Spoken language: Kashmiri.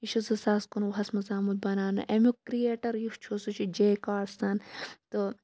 یہِ چھُ زٕ ساس کُنہٕ وُہَس مَنٛز آمُت بناونہٕ اَمِیُک کرِییٹَر یُس چھُ سُہ چھُ جے کارسَن تہٕ